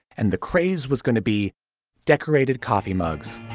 and the craze was gonna be decorated coffee mugs